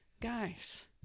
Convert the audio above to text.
guys